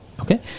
Okay